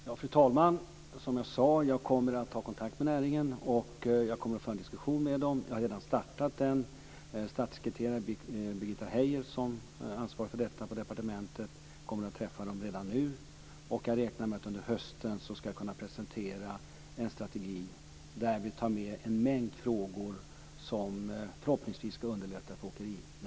Fru talman! Som jag sade kommer jag att ta kontakt med näringen och föra en diskussion med dem. Jag har redan startat den. Statssekreterare Birgitta Heijer som ansvarar för detta på departementet kommer att träffa dem redan nu. Jag räknar med att under hösten kunna presentera en strategi där vi tar med en mängd frågor som förhoppningsvis skall underlätta för åkerinäringen i Sverige.